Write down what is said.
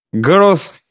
Girls